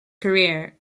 career